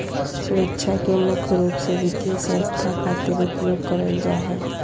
सुरक्षा के मुख्य रूप से वित्तीय संस्था खातिर उपयोग करल जा हय